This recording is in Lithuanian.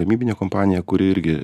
gamybinė kompanija kuri irgi